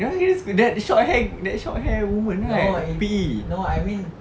ya used to that short hair that short hair woman kan P_E